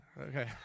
Okay